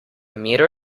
miru